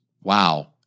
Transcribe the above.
wow